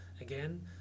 again